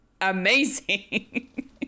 amazing